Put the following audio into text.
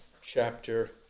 chapter